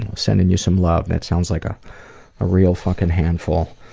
sending you some love. and it sounds like a real fuckin' handful.